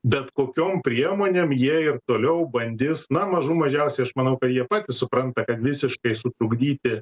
bet kokiom priemonėm jie ir toliau bandis na mažų mažiausiai aš manau kad jie patys supranta kad visiškai sutrukdyti